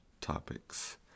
topics